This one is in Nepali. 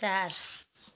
चार